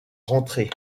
rentrer